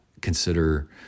consider